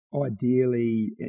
ideally